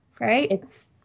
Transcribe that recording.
right